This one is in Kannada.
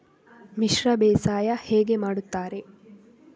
ಮಿಶ್ರ ಬೇಸಾಯ ಹೇಗೆ ಮಾಡುತ್ತಾರೆ?